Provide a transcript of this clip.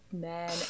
men